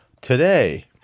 today